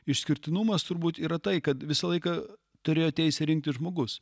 išskirtinumas turbūt yra tai kad visą laiką turėjo teisę rinktis žmogus